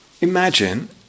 Imagine